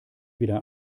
wieder